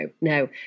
no